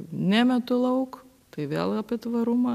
nemetu lauk tai vėl apie tvarumą